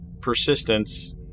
persistence